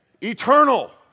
Eternal